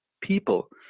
people